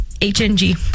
H-N-G